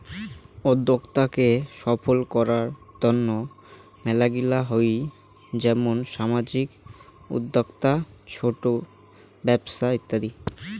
উদ্যোক্তা কে সফল করার তন্ন মেলাগিলা হই যেমন সামাজিক উদ্যোক্তা, ছোট ব্যপছা ইত্যাদি